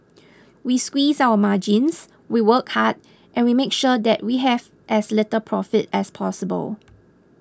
we squeeze our margins we work hard and we make sure that we have as little profit as possible